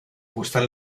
gustan